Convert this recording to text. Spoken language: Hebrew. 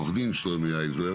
שלומי הייזלר,